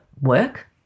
work